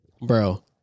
Bro